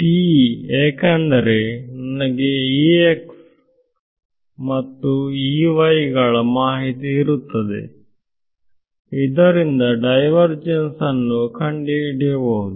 TE ಏಕೆಂದರೆ ನನಗೆ and ಗಳ ಮಾಹಿತಿ ಇರುತ್ತದೆ ಮತ್ತು ಇದರಿಂದ ಡೈವರ್ ಜೆನ್ಸ್ ಅನ್ನು ಕಂಡು ಹಿಡಿಯಬಹುದು